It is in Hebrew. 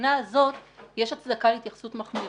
ומהבחינה הזאת יש הצדקה להתייחסות מחמירה.